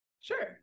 Sure